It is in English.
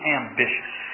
ambitious